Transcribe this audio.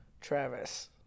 Travis